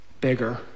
bigger